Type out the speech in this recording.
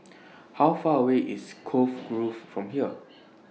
How Far away IS Cove Grove from here